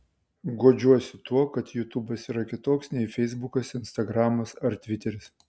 guodžiuosi tuo kad jutubas yra kitoks nei feisbukas instagramas ar tviteris